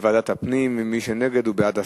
בוועדת הפנים, ומי שנגד הוא בעד הסרה.